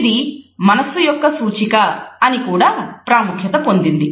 ఇది 'మనస్సు యొక్క సూచిక' అని కూడా ప్రాముఖ్యత పొందినది